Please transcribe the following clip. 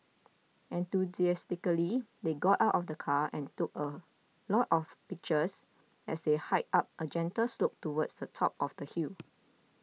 enthusiastically they got out of the car and took a lot of pictures as they hiked up a gentle slope towards the top of the hill